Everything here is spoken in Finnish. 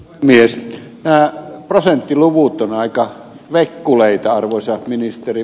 mies jää prosenttiluvut on aika vekkuleita arvoisa ministeri